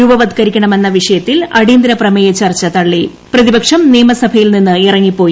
രൂപവത്ക്കരിക്കണ്മെന്ന വിഷയത്തിൽ അടിയന്തിര പ്രമേയ ചർച്ച തളളി പ്രതിപക്ഷം നിയമസഭയിൽ നിന്നിറങ്ങിപ്പോയി